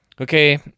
okay